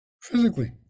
physically